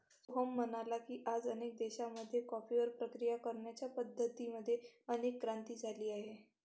सोहन म्हणाले की, आज अनेक देशांमध्ये कॉफीवर प्रक्रिया करण्याच्या पद्धतीं मध्ये नवीन क्रांती झाली आहे